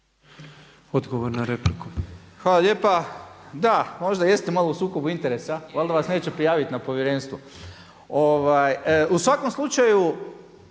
Orsat (SDP)** Hvala lijepa. Da, možda jeste malo u sukobu interesa, valjda vas neće prijaviti na povjerenstvo. U svakom slučaju